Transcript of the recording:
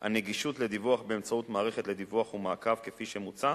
הנגישות לדיווח באמצעות מערכת לדיווח ומעקב כפי שמוצע,